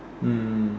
mm